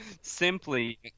Simply